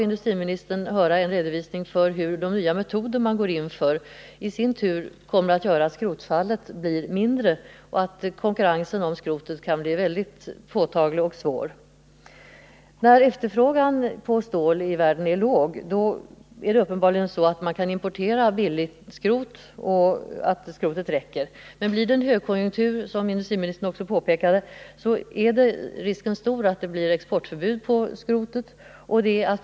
Industriministern gav i dag en redovisning för hur de nya metoder som man går in för i sin tur kommer att medföra att skrotfallet blir mindre och att konkurrensen om skrotet kan bli synnerligen påtaglig och svår. När efterfrågan på stål i världen är liten kan man uppenbarligen importera skrot billigt, som då räcker till. Men, som industriministern också påpekade, under en högkonjunktur är risken stor för exportförbud när det gäller skrot.